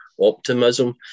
optimism